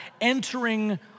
entering